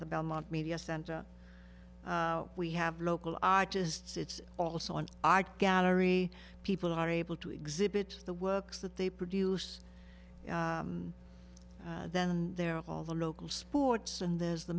the belmont media center we have local artists it's also an art gallery people are able to exhibit the works that they produce then and there all the local sports and there's the